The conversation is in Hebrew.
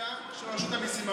ביורוקרטיה של רשות המיסים.